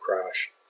crash